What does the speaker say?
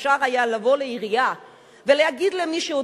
היה אפשר לבוא לעירייה ולהגיד למישהו,